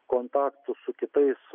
kontaktų su kitais